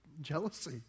jealousy